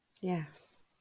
Yes